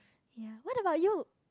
ya what about you